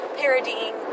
parodying